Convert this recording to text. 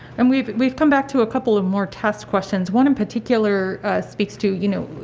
and we've we've come back to a couple of more test questions. one in particular speaks to, you know,